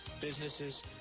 businesses